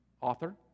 author